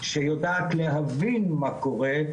שיודעת להבין מה קורה,